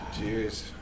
Cheers